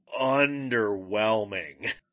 underwhelming